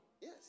Yes